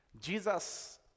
Jesus